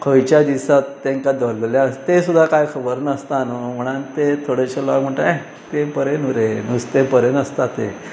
खंयच्या दिस तेंकां दवरलेले आसा तें सुद्दां कां खबर नासता न्हू म्हणन तें थोडेशें लोक म्हणुटाय तें बरें नू रे नुस्तें बरें नासता तें